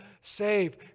save